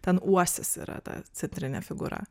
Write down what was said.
ten uosis yra ta centrinė figūra